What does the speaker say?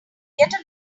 get